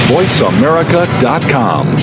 VoiceAmerica.com